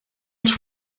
els